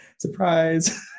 surprise